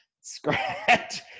scratch